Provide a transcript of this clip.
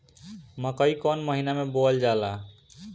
मकई कौन महीना मे बोअल जाला?